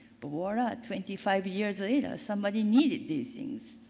but we're ah twenty five years later, somebody needed these things.